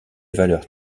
valeurs